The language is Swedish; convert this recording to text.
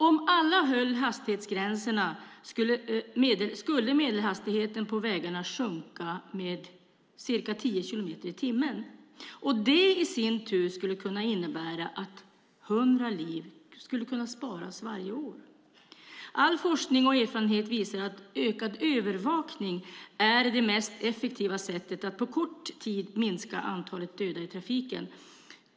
Om alla höll hastighetsgränserna skulle medelhastigheten på vägarna sjunka med ca 10 kilometer i timmen, och det i sin tur skulle kunna innebära att 100 liv skulle kunna sparas varje år. All forskning och erfarenhet visar att ökad övervakning är det mest effektiva sättet att på kort tid minska antalet döda i trafiken.